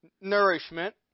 nourishment